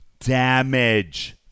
Damage